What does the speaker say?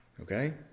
Okay